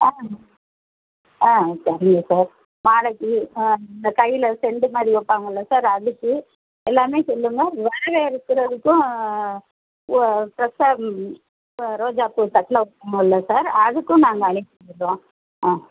ஆ ஆ சரிங்க சார் நாளைக்கு ஆ இந்தக் கையில செண்டு மல்லி வைப்பாங்கள்ல சார் அதுக்கு எல்லாமே சொல்லுங்க மேலே இருக்கிறதுக்கும் ஓ ஃப்ரெஷ்ஷாக ம் ம் இப்போ ரோஜாப்பூ தட்டில் வைப்போமில்ல சார் அதுக்கும் நாங்கள் அனுப்பி விட்டுறோம் ஆ